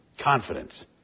Confidence